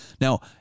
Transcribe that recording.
Now